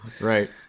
Right